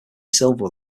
silver